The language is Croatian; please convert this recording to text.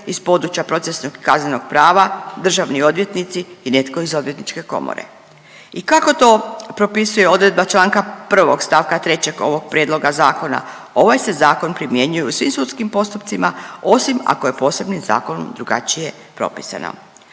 iz područja procesnog i kaznenog prava, državni odvjetnici i netko iz Odvjetničke komore? I kako to propisuje odredba čl. 1. st. 3. ovog Prijedloga zakona, ovaj se Zakon primjenjuje u svim sudskim postupcima, osim ako je posebnim zakonom drugačije propisano.